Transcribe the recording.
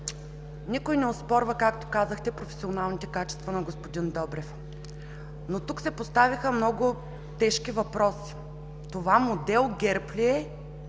никой не оспорва, както казахте, професионалните качества на господин Добрев, но тук се поставиха много тежки въпроси. Това „модел ГЕРБ“ ли е,